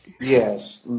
yes